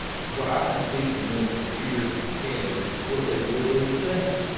what i think people want to hear from candidates is what they really think,